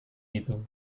itu